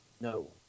no